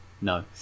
no